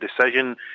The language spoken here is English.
decision